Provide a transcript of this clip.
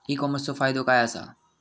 E कॉमर्सचो फायदो काय असा?